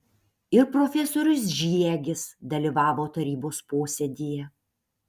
ir profesorius žiegis dalyvavo tarybos posėdyje